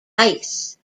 ice